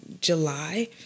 July